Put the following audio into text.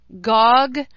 Gog